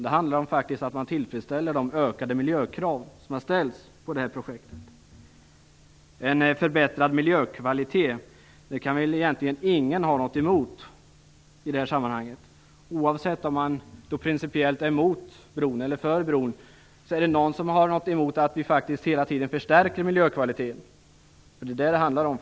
Det handlar faktiskt om ett tillfredsställande av de höjda miljökraven på projektet. En ständig förbättring av miljökvaliteten kan väl egentligen ingen ha något emot i detta sammanhang, oavsett om man principiellt är för eller emot bron. Det är detta som kostnaderna till stor del handlar om.